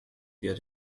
der